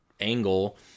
angle